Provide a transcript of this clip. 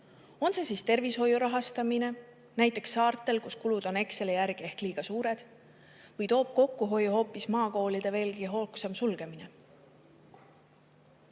On see siis tervishoiu rahastamine näiteks saartel, kus kulud on Exceli järgi ehk liiga suured, või toob kokkuhoiu hoopis maakoolide veelgi hoogsam sulgemine. Viimasel